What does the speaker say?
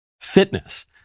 Fitness